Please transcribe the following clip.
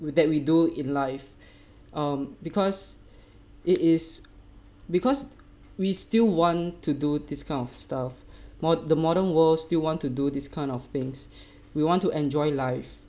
with that we do in life um because it is because we still want to do this kind of stuff mod~ the modern world still want to do this kind of things we want to enjoy life